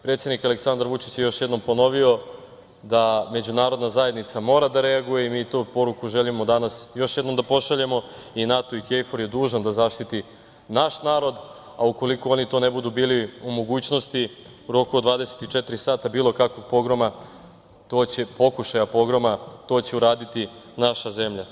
Predsednik, Aleksandar Vučić je još jednom ponovio da međunarodna zajednica mora da reaguje i mi tu poruku želimo danas još jednom da pošaljemo i NATO i KFOR je dužan da zaštiti naš narod, a ukoliko oni to ne budu bili u mogućnosti u roku od 24 sata, bilo kakvog pogroma, pokušaja pogroma, to će uraditi naša zemlja.